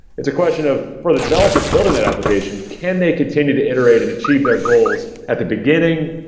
it's a question of, for the developers building that application, can they continue to iterate and achieve their goals at the beginning,